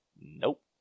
Nope